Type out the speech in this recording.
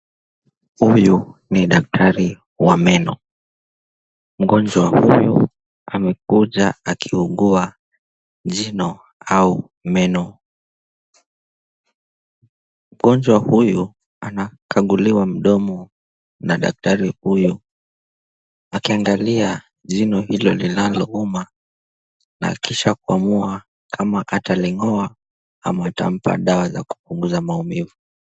Huyu ni daktari wa meno. Mgonjwa huyu amekuja akiugua jino au meno. Mgonjwa huyu anakaguliwa mdomo na daktari huyu akiangalia jino hilo linalouma na kisha kuamua kama ataling'oa ama atampa dawa za kupunguza maumivu.